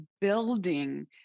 building